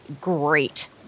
great